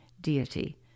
deity